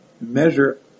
Measure